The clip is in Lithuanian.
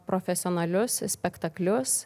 profesionalius spektaklius